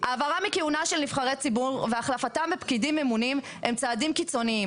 "העברה מכהונה של נבחרי ציבור והחלפתם בפקידים ממונים הם צעדים קיצוניים